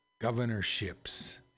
governorships